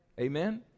Amen